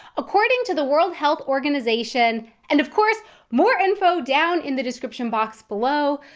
according to the world health organization, and of course more info down in the description box below,